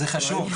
זה חשוב,